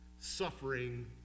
suffering